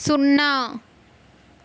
సున్నా